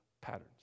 patterns